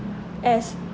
as